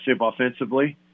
offensively